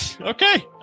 okay